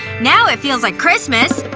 now it feels like christmas!